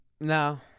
No